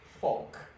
folk